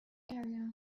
area